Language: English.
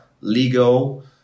legal